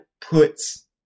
puts